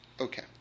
Okay